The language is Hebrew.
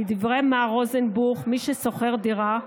לדברי מר רוזנבוך, מי ששוכר דירה,